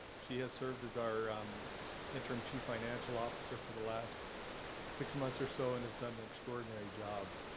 she has served as our interim chief financial officer for the last six months or so and has done an extraordinary job.